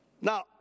Now